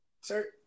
Sir